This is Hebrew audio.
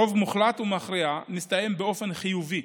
רוב מוחלט ומכריע מסתיים באופן חיובי,